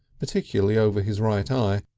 particularly over his right eye,